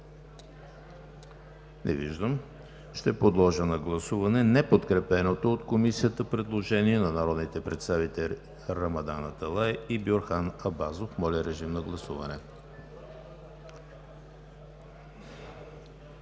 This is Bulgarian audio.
Не виждам. Ще подложа на гласуване неподкрепеното от Комисията предложение на народните представители Рамадан Аталай и Бюрхан Абазов. Гласували